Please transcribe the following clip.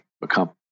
become